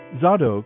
Zadok